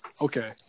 Okay